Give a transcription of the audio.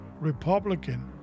Republican